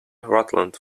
rutland